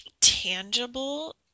tangible